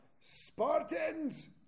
Spartans